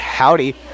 Howdy